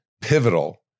pivotal